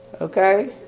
Okay